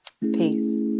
Peace